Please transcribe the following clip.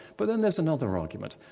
but then there's another argument.